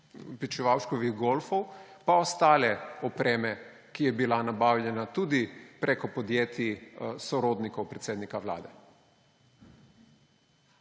Počivalškovih golfov pa ostale opreme, ki je bila nabavljena tudi preko podjetij sorodnikov predsednika Vlade.